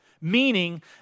Meaning